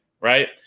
Right